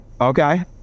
okay